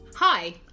Hi